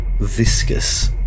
viscous